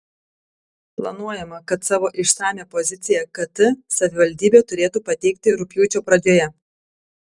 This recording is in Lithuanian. planuojama kad savo išsamią poziciją kt savivaldybė turėtų pateikti rugpjūčio pradžioje